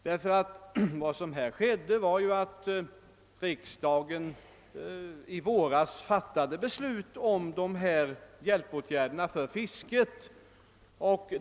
Det som skedde var ju att riksdagen i våras fattade beslut om dessa hjälpåtgärder för fisket.